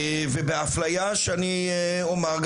ובאפליה שאני אומר,